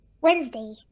Wednesday